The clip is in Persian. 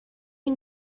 این